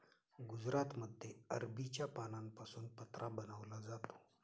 गुजरातमध्ये अरबीच्या पानांपासून पत्रा बनवला जातो